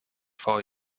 four